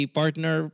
partner